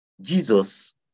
Jesus